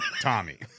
Tommy